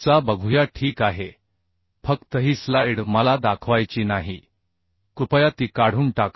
चला बघूया ठीक आहे फक्त ही स्लाइड मला दाखवायची नाही कृपया ती काढून टाका